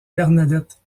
bernadette